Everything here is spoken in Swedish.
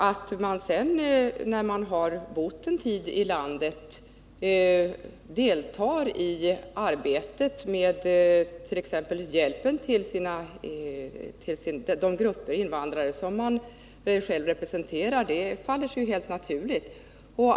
Att man sedan, när man har bott en tid i landet, deltar i arbetet med t.ex. hjälp till de invandrargrupper som man själv representerar, faller sig helt naturligt.